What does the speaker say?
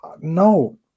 No